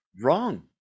Wrong